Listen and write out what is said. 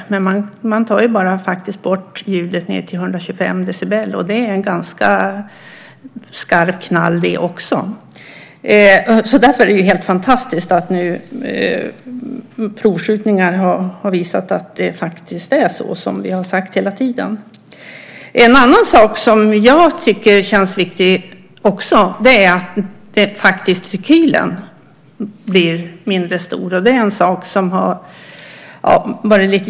Men det är faktiskt bara ljudet ned till 125 decibel som tas bort. Det ger också en ganska skarp knall. Därför är det helt fantastiskt att provskjutningar har visat att det är så som vi har sagt hela tiden. En annan sak som jag tycker är viktig är att rekylen blir mindre.